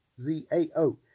Z-A-O